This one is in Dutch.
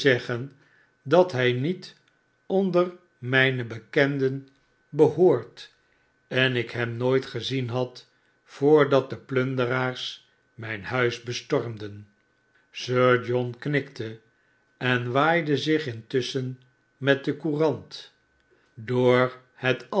dat hij niet onder mijne bekenden behoort en ik hem nooit gezien had voordat de plun deraars mijn huis bestormden sir john knikte en waaidezich intusschen met de courant door het